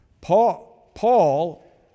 Paul